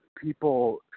people